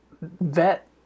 vet